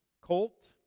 colt